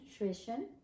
nutrition